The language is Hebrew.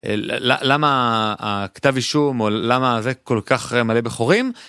למה כתב אישום או למה זה כל כך מלא בחורים.